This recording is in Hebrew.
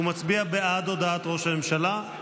מצביע בעד הודעת ראש הממשלה,